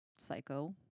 Psycho